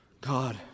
God